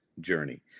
journey